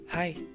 Hi